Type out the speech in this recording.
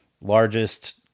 largest